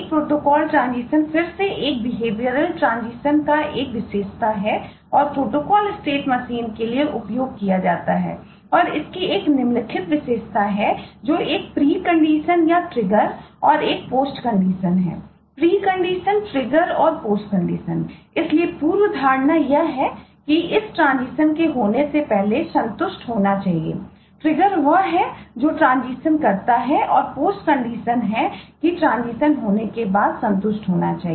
protocol state होने के बाद संतुष्ट होना चाहिए